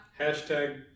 Hashtag